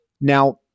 Now